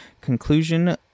conclusion